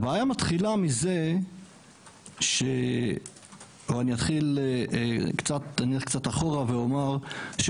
הבעיה מתחילה מזה או שאני אתחיל קצת אחורה ואומר,